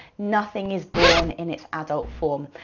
nothing is born in its adult form.